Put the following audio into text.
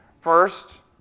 First